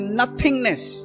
nothingness